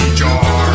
jar